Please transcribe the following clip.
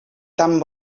tan